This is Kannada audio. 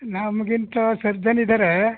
ನಮಗಿಂತ ಸರ್ಜನ್ ಇದಾರೆ